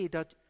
dat